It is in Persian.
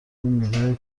میوه